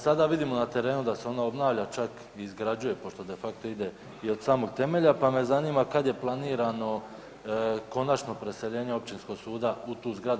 Sada vidimo na terenu da se ona obnavlja, čak i izgrađuje pošto de facto ide i od samog temelja, pa me zanima kada je planirano konačno preseljenje Općinskog suda u tu zgradu.